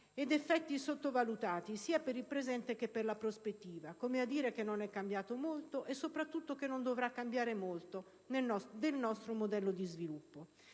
ed effetti sottovalutati, sia per il presente che per la prospettiva, come a dire che non è cambiato molto e soprattutto che non dovrà cambiare molto del nostro modello di sviluppo.